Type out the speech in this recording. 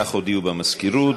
כך הודיעו במזכירות.